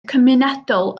cymunedol